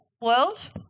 world